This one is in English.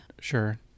Sure